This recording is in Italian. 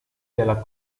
della